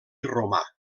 romà